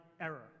error